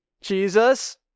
Jesus